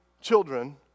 children